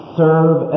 serve